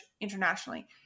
internationally